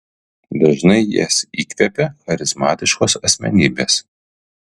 dažnai jas įkvepia charizmatiškos asmenybės